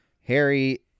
Harry